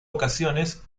ocasiones